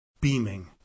beaming